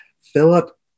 Philip